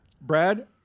Brad